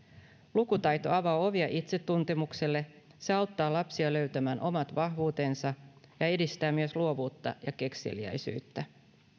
lukutaito avaa ovia itsetuntemukselle se auttaa lapsia löytämään omat vahvuutensa ja edistää myös luovuutta ja kekseliäisyyttä